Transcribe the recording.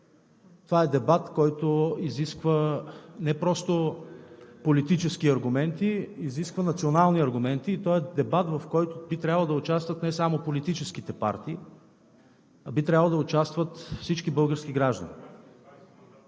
Това е дебат, който изисква не просто политически аргументи, изисква национални аргументи и е дебат, в който би трябвало да участват не само политическите партии, а би трябвало да участват всички български граждани.